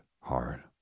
hard